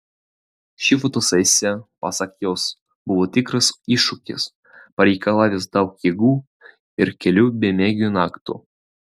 ši fotosesija pasak jos buvo tikras iššūkis pareikalavęs daug jėgų ir kelių bemiegių naktų